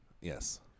Yes